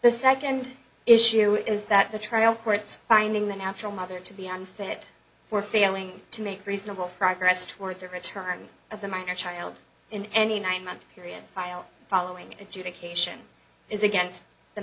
the second issue is that the trial court's finding the natural mother to be unfit for failing to make reasonable progress toward the return of the minor child in any nine month period file following adjudication is against the